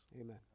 Amen